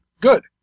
good